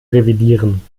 revidieren